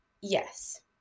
yes